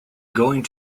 going